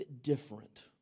different